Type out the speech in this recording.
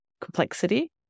complexity